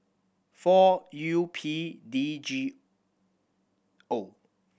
four U P D G O